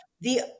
the-